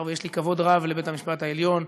מאחר שיש לי כבוד רב לבית-המשפט העליון,